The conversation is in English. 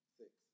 six